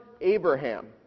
Abraham